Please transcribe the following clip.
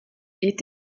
est